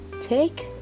take